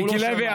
מיקי לוי,